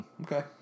Okay